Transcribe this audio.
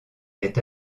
est